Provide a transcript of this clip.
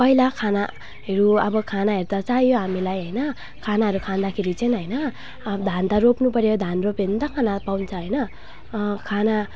पहिला खानाहरू अब खानाहरू त चाहियो हामीलाई होइन खानाहरू खाँदाखेरि चाहिँ होइन अब धान त रोप्नुपर्यो धान रोप्यो भने त खाना पाउँछ होइन खाना